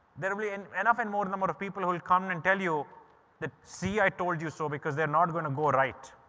there will be and enough and more number of people who will come and and tell you that see i told you so because they're not going to go right.